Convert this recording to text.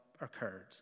occurred